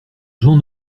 jean